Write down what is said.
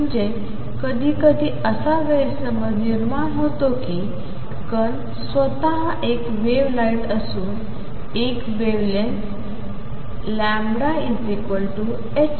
म्हणजे कधीकधी असा गैरसमज निर्माण होतो की कण स्वतः एक वेव्ह लाइट असून एक वेव्हलायन्थ λ hp